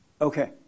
Okay